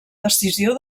decisió